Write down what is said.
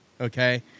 okay